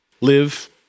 Live